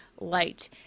light